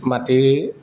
মাটিৰ